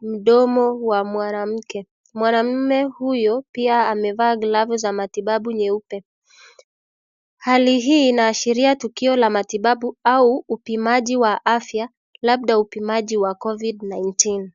mdomo wa mwanamke. Mwanaume huyo pia amevaa glavu za matibabu nyeupe. Hali hii inaashiria tukio la matibabu au upimaji wa afya labda upimaji wa covid-19 .